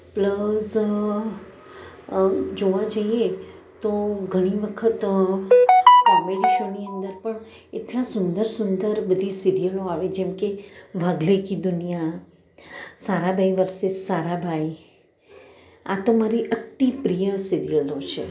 plus જોવા જઈએ તો ઘણી વખત કોમેડી શોની અંદર પણ એટલા સુંદર સુંદર બધી સિરિયલો આવે જેમકે વાગલે કી દુનિયા સારાભાઈ વર્સિસ સારાભાઈ આ તો મારી અતિપ્રિય સિરિયલો છે